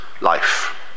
life